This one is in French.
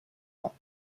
ans